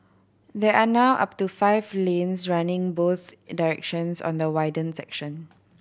there are now up to five lanes running both in directions on the widened section